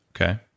Okay